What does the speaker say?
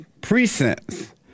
precincts